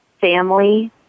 family